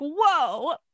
whoa